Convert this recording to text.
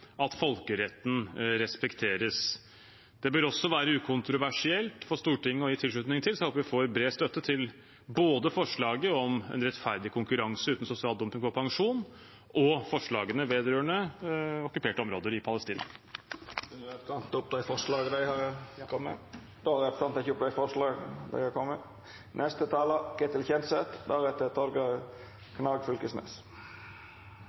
Stortinget å gi tilslutning til. Jeg håper vi får bred støtte både til forslaget om en rettferdig konkurranse uten sosial dumping på pensjon, og til forslagene vedrørende okkuperte områder i Palestina. Vil representanten ta opp forslaga? Ja. Representanten Bjørnar Moxnes har teke opp dei forslaga han refererte til. Dette er